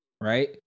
right